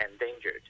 endangered